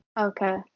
Okay